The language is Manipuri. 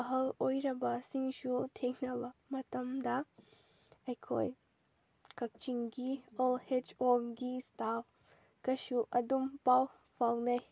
ꯑꯍꯜ ꯑꯣꯏꯔꯕꯁꯤꯡꯁꯨ ꯊꯦꯡꯅꯕ ꯃꯇꯝꯗ ꯑꯩꯈꯣꯏ ꯀꯛꯆꯤꯡꯒꯤ ꯑꯣꯜ ꯑꯦꯖ ꯍꯣꯝꯒꯤ ꯏꯁꯇꯥꯐ ꯀꯩꯁꯨ ꯑꯗꯨꯝ ꯄꯥꯎ ꯐꯥꯎꯅꯩ